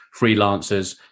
freelancers